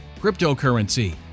cryptocurrency